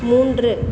மூன்று